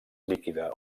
líquida